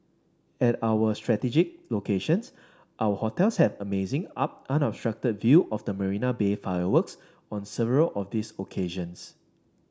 at our strategic locations our hotels have amazing up unobstructed view of the Marina Bay fireworks on several of these occasions